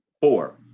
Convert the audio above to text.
four